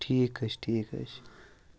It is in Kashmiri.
ٹھیٖک حظ چھِ ٹھیٖک حظ چھِ